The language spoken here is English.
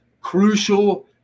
crucial